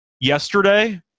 yesterday